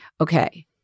okay